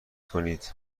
کنید